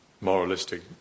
moralistic